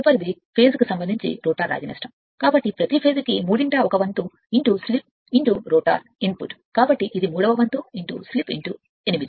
తదుపరిది ఫేస్ కు రోటర్ రాగి నష్టం కాబట్టి ప్రతి ఫేస్ కు మూడింట ఒక వంతు స్లిప్ రోటర్ ఇన్పుట్ కాబట్టి ఇది మూడవ వంతు స్లిప్ 8